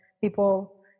people